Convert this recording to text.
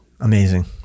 Amazing